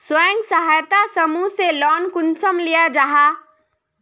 स्वयं सहायता समूह से लोन कुंसम लिया जाहा?